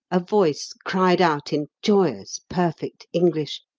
a voice cried out in joyous, perfect english